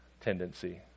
tendency